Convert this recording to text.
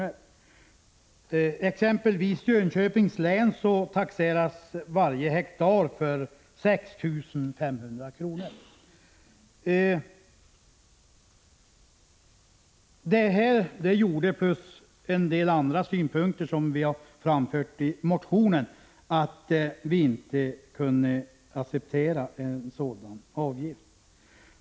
I exempelvis Jönköpings län taxeras varje hektar för 6 500 kr. Detta plus en del andra synpunkter som vi har framfört i motionen gjorde att vi inte kunde acceptera en sådan avgift.